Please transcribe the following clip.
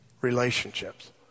relationships